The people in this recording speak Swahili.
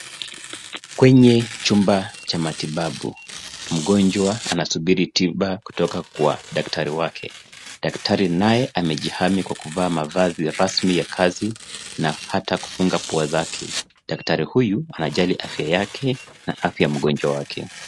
Kwenye chumba cha matibabu. Mgonjwa anasubiri tiba kutoka kwa daktari wake. Daktari naye amejihami kwa kuvaa mavazi rasmi ya kazi na hata kufunga pua zake. Daktari huyu anajali afya yake na ya mgonjwa wake.